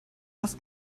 hast